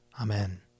Amen